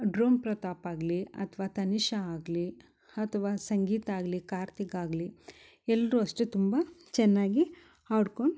drone Prathap ಆಗಲಿ ಅಥ್ವ ತನಿಷ ಆಗಲಿ ಅಥ್ವ ಸಂಗೀತ ಆಗಲಿ ಕಾರ್ತಿಕ್ ಆಗಲಿ ಎಲ್ಲರು ಅಷ್ಟೆ ತುಂಬ ಚೆನ್ನಾಗಿ ಆಡ್ಕೊಂಡು